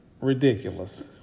ridiculous